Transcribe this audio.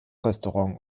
restaurant